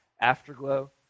afterglow